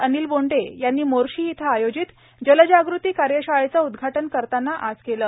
अनिल बोंडे यांनी मोर्शी इथं आयोजित जलजागृती कार्यशाळेचे उदघाटन करताना आज केले